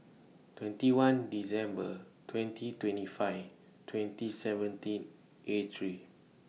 twenty one December twenty twenty five twenty seventeen eight three